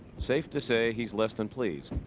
safe to say he's less than pleased.